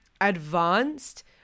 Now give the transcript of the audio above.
advanced